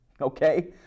Okay